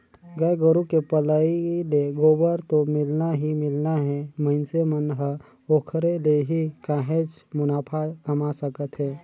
गाय गोरु के पलई ले गोबर तो मिलना ही मिलना हे मइनसे मन ह ओखरे ले ही काहेच मुनाफा कमा सकत हे